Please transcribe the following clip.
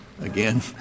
again